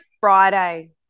Friday